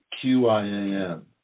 Q-I-A-N